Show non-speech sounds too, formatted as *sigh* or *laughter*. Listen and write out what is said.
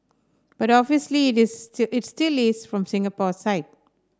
but obviously *unintelligible* it still is from Singapore side